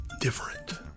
different